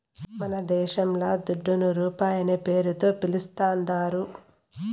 మనదేశంల దుడ్డును రూపాయనే పేరుతో పిలుస్తాందారు